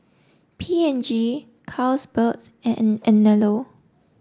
P and G Carlsberg and Anello